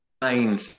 main